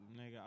Nigga